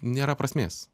nėra prasmės